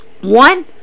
One